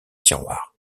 tiroir